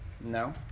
No